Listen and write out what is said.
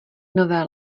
nové